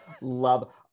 love